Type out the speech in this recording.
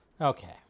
Okay